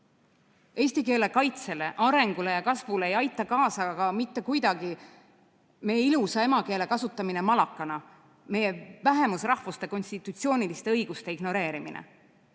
tavu. Eesti keele kaitsele, arengule ja kasvule ei aita mitte kuidagi kaasa ka meie ilusa emakeele kasutamine malakana, meie vähemusrahvuste konstitutsiooniliste õiguste ignoreerimine.